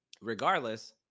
regardless